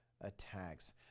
attacks